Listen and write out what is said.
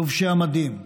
לובשי המדים,